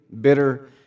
bitter